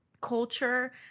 culture